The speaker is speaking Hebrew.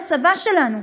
בצבא שלנו.